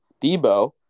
debo